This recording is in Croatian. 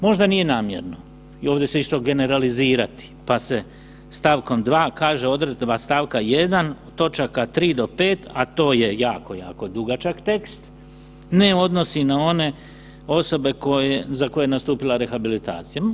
Možda nije namjerno i ovdje se išlo generalizirati pa se st. 2. kaže odredba st. 1. točaka 3. do 5., a to je jako, jako dugačak tekst ne odnosi na one osobe za koje je nastupila rehabilitacija.